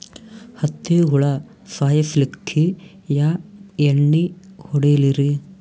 ಹತ್ತಿ ಹುಳ ಸಾಯ್ಸಲ್ಲಿಕ್ಕಿ ಯಾ ಎಣ್ಣಿ ಹೊಡಿಲಿರಿ?